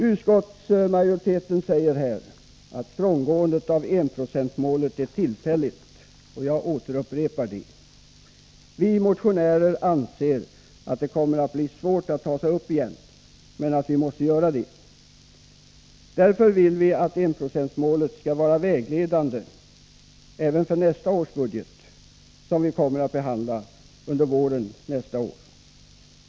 Utskottsmajoriteten säger nu att frångåendet av enprocentsmålet är tillfälligt, och jag upprepar det. Vi motionärer anser att det kommer att bli svårt att ta sig upp igen men att vi måste göra det. Därför vill vi att enprocentsmålet skall vara vägledande även för nästa års budget, som vi kommer att behandla under våren.